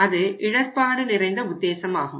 அது இடர்பாடு நிறைந்த உத்தேசமாகும்